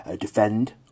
defend